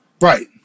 Right